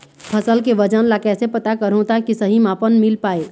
फसल के वजन ला कैसे पता करहूं ताकि सही मापन मील पाए?